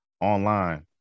online